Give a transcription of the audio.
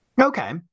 Okay